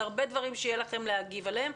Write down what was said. הרבה דברים שיהיה לכן מה להגיב עליהן.